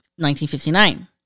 1959